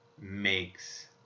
makes